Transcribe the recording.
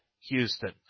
Houston